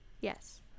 Yes